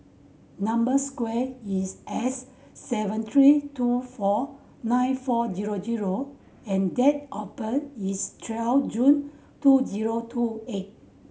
number square is S seven three two four nine four zero zero and date of birth is twelve June two zero two eight